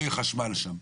לא יהיה חשמל שם.